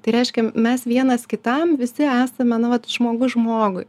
tai reiškia mes vienas kitam visi esame nu vat žmogus žmogui